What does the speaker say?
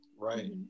Right